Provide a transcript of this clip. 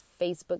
Facebook